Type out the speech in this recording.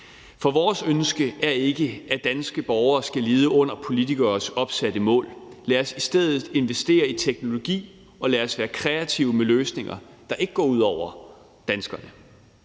For vores ønske er ikke, at danske borgere skal lide under politikeres opsatte mål. Lad os i stedet investere i teknologi, og lad os være kreative med løsninger, der ikke går ud over danskerne.